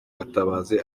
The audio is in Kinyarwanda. gatabazi